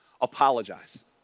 Apologize